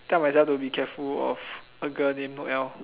tell myself to be careful of a girl named Noelle